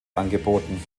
angeboten